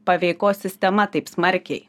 paveikos sistema taip smarkiai